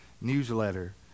newsletter